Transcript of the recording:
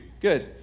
Good